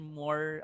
more